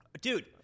Dude